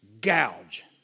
gouge